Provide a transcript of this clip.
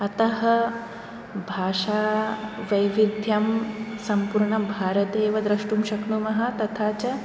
अतः भाषावैविध्यं संपूर्णं भारतेव द्रष्टुं शक्नुमः तथा च